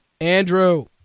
Andrew